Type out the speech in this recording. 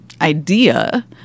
idea